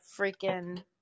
freaking